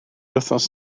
wythnos